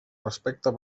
respecte